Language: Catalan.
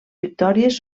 victòries